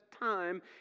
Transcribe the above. time